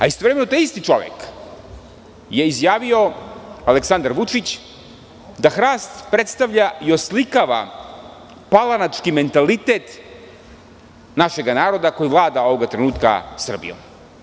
Istovremeno taj isti čovek je izjavio, Aleksandar Vučić, da hrast predstavlja i oslikava palanački mentalitet našega naroda koji vlada ovoga trenutka Srbijom.